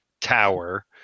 tower